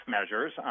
measures